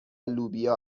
لوبیا